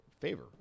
favor